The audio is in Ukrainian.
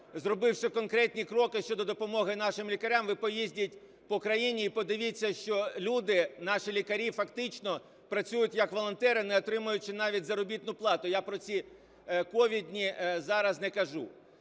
зробити конкретні кроки щодо допомоги нашим лікарям? Ви поїздіть по країні і подивіться, що люди, наші лікарі фактично працюють як волонтери, не отримуючи навіть заробітну плату. Я про ці ковідні зараз не кажу.